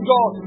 God